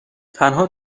تنها